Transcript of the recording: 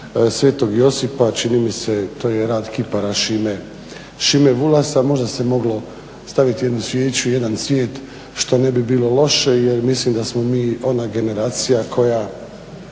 Sv. Josipa, čini mi se to je rad od kipara Šime Vulasa. Možda se moglo staviti jednu svijeću i jedan cvijet što ne bi bilo loše jer mislim da smo mi ona generacija koja